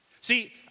See